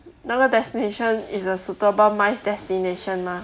那个 destination is a suitable M I C E destination lah